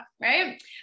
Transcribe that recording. right